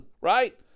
right